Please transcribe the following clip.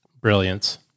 Brilliance